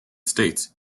states